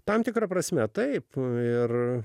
tam tikra prasme taip ir